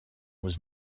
was